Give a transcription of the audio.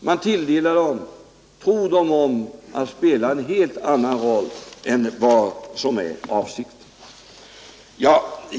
Man tilldelar dem — och tror dem om att kunna spela — en helt annan roll än vad som är avsikten.